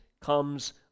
comes